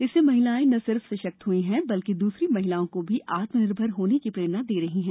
इससे महिलाएं न सिर्फ सशक्त हुई हैं बल्कि दूसरी महिलाओं को भी आत्म निर्मर होने की प्रेरणा दे रही हैं